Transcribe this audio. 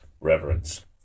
reverence